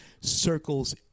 circles